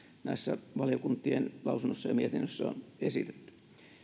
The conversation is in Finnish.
näissä valiokuntien lausunnoissa ja mietinnöissä on esitetty